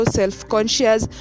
self-conscious